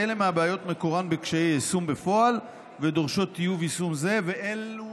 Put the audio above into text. הבעיות שמקורן הוא קשיי יישום בפועל ושדורשות טיוב יישום זה ואת אלו